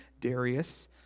Darius